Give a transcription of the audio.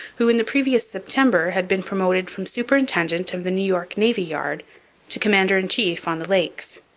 who, in the previous september, had been promoted from superintendent of the new york navy yard to commander-in-chief on the lakes.